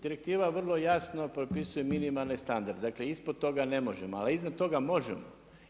Direktiva vrlo jasno propisuje minimalne standarde, dakle ispod toga ne možemo ali iznad toga možemo.